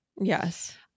Yes